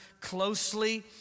closely